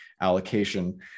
allocation